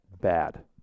bad